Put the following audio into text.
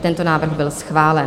Tento návrh byl schválen.